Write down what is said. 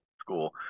school